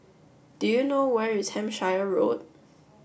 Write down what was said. do you know where is Hampshire Road